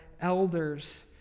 elders